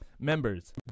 Members